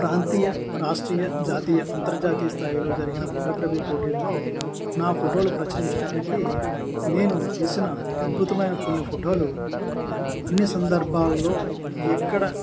ప్రాంతీయ రాష్ట్రీయ జాతీయ అంతర్జాతీయ స్థాయిలో జరిగిన ఫోటోగ్రఫీ పోటీల్లో నా ఫోటోలు ప్రదర్శించడానికి నేను తీసిన అద్భుతమైన కొన్ని ఫోటోలు అన్ని సందర్భాల్లో ఎక్కడ